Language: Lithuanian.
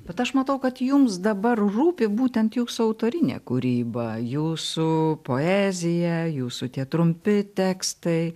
bet aš matau kad jums dabar rūpi būtent jūsų autorinė kūryba jūsų poezija jūsų tie trumpi tekstai